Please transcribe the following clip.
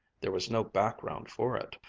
there was no background for it.